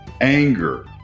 anger